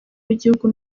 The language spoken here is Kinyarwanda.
w’igihugu